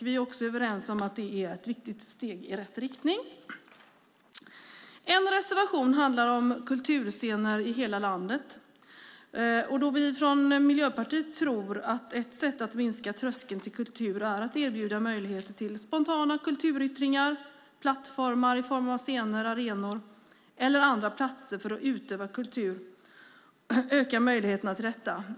Vi är också överens om att det är ett viktigt steg i rätt riktning. En reservation handlar om kulturscener i hela landet. Vi i Miljöpartiet tror att ett sätt att minska tröskeln till kultur är att erbjuda möjligheter till spontana kulturyttringar. Plattformar i form av scener, arenor eller andra platser för att utöva kultur ökar möjligheterna till detta.